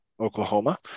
Oklahoma